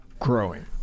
Growing